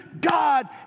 God